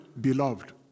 Beloved